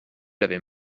l’avez